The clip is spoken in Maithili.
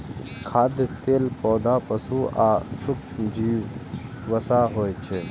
खाद्य तेल पौधा, पशु आ सूक्ष्मजीवक वसा होइ छै